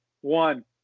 one